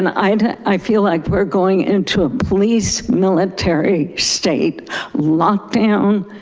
and i and i feel like we're going into a police military state lockdown,